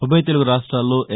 ఉభయ తెలుగురాష్ట్రాల్లో ఎమ్